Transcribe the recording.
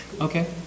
Okay